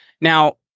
Now